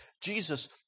Jesus